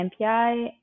MPI